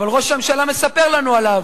אבל ראש הממשלה מספר לנו עליו.